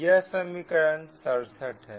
यह समीकरण 67 है